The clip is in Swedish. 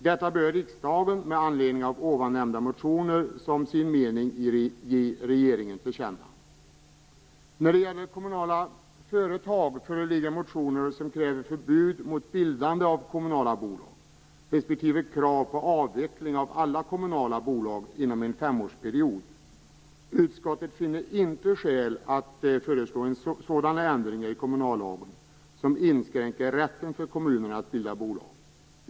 Detta bör riksdagen med anledning av ovannämnda motioner som sin mening ge regeringen till känna. När det gäller kommunala företag föreligger motioner med krav på förbud mot bildande av kommunala bolag respektive krav på avveckling av alla kommunala bolag inom en femårsperiod. Utskottet finner inte skäl att föreslå en sådan ändring i kommunallagen som inskränker rätten för kommunerna att bilda bolag.